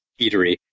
eatery